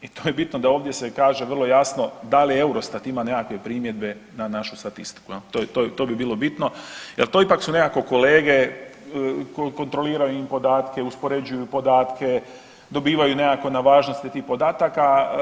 I to je bitno da ovdje se kaže vrlo jasno, da li EUROSTAT ima nekakve primjedbe na našu statistiku, to bi bilo bitno jel to ipak su nekako kolege kontroliraju im podatke, uspoređuju podatke, dobivaju nekako na važnosti tih podataka.